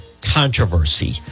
controversy